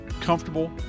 comfortable